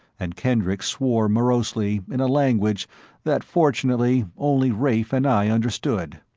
and kendricks swore morosely in a language that fortunately only rafe and i understood.